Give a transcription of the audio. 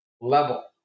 level